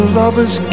lovers